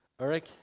Eric